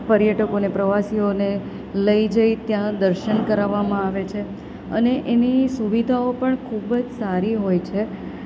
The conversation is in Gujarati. પર્યટકોને પ્રવાસીઓને લઈ જઈ ત્યાં દર્શન કરાવવામાં આવે છે અને એની સુવિધાઓ પણ ખૂબ જ સારી હોય છે